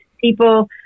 people